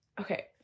okay